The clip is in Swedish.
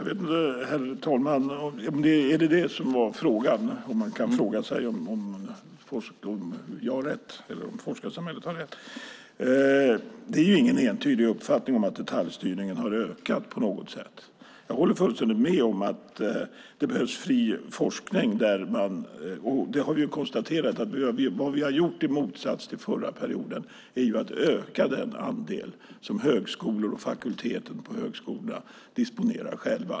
Herr talman! Det är ingen entydig uppfattning att detaljstyrningen har ökat. Jag håller helt med om att det behövs fri forskning. Vad vi har gjort i motsats till förra perioden är att öka den andel som högskolor och fakulteter disponerar själva.